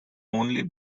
only